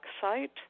site